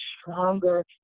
stronger